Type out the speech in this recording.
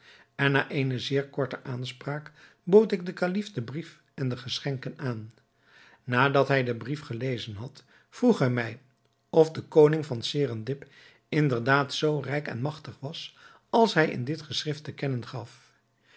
en na eene zeer korte aanspraak bood ik den kalif den brief en de geschenken aan nadat hij den brief gelezen had vroeg hij mij of de koning van serendib inderdaad zoo rijk en magtig was als hij in dit geschrift te kennen gaf